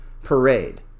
parade